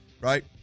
right